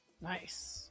Nice